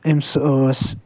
أمس ٲس